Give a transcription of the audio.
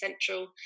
central